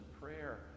prayer